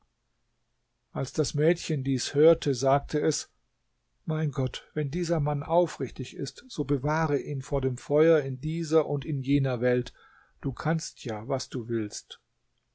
als das mädchen dies hörte sagte es mein gott wenn dieser mann aufrichtig ist so bewahre ihn vor dem feuer in dieser und in jener welt du kannst ja was du willst